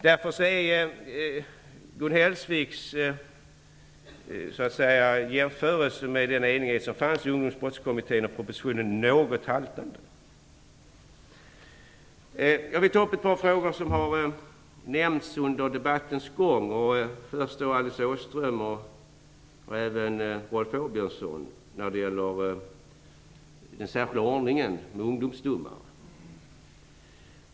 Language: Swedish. Därför är Gun Hellsviks jämförelse med den enighet som fanns i Ungdomsbrottskommittén och propositionen något haltande. Jag vill så ta upp ett par frågor som nämnts under debattens gång av Alice Åström och Rolf Åbjörnsson och som gäller den särskilda ordningen med ungdomsdomare.